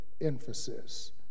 emphasis